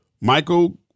Michael